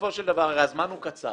הזמן הוא קצר.